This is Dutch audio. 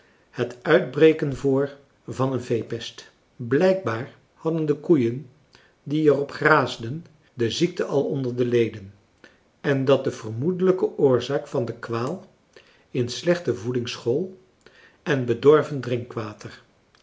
het uitbreken voor van een veepest blijkbaar hadden de koeien die er op graasden de ziekte al onder de leden en dat de vermoedelijke oorzaak van de kwaal in slechte voeding school en bedorven drinkwater